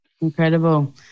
Incredible